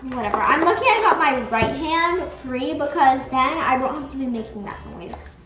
whatever, i'm lucky i got my right hand free because then i won't have to be making that noise